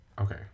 Okay